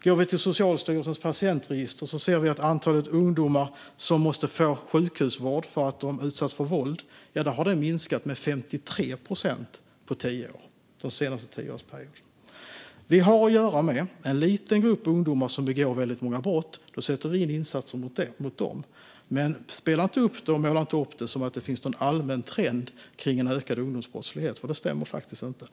Går vi till Socialstyrelsens patientregister ser vi att antalet ungdomar som måste få sjukhusvård för att de utsatts för våld har minskat med 53 procent på tio år - de senaste tio åren. Vi har att göra med en liten grupp ungdomar som begår väldigt många brott. Då sätter vi in insatser mot dem. Men måla inte upp det som att det finns någon allmän trend av ökad ungdomsbrottslighet! Det stämmer faktiskt inte.